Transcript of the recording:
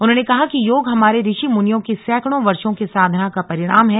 उन्होंने कहा कि योग हमारे ऋषि मुनियों की सैंकड़ों वर्षो की साधना का परिणाम है